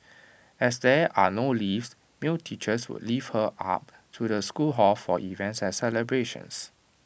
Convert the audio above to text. as there are no lifts male teachers would lift her up to the school hall for events and celebrations